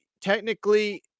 technically